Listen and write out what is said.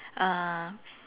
uh